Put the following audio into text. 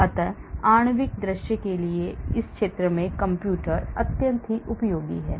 अतः आणविक दृश्य के लिए इस क्षेत्र में कंप्यूटर अत्यंत उपयोगी हैं